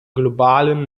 globalen